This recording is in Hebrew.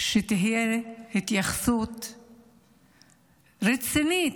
שתהיה התייחסות רצינית,